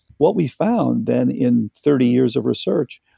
what we found then, in thirty years of research,